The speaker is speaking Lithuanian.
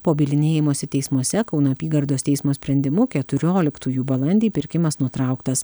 po bylinėjimosi teismuose kauno apygardos teismo sprendimu keturioliktųjų balandį pirkimas nutrauktas